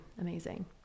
amazing